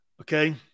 Okay